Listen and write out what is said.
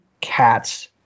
cats